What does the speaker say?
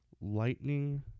Lightning